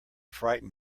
frighten